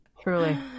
Truly